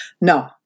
No